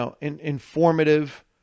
informative